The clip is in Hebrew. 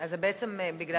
אז זה בעצם בגלל,